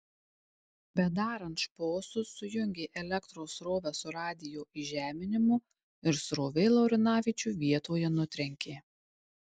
bedarant šposus sujungė elektros srovę su radijo įžeminimu ir srovė laurinavičių vietoje nutrenkė